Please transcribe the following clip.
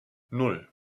nan